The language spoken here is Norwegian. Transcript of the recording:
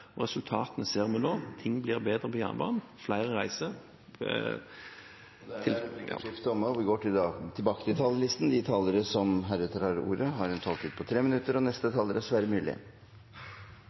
Resultatene ser vi nå. Ting blir bedre på jernbanen, flere reiser Dermed er replikkordskiftet omme. De talere som heretter får ordet, har en taletid på inntil 3 minutter. Jeg kan fortsette der vi slapp. Det er